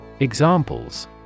Examples